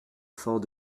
fort